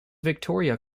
victoria